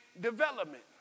development